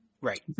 Right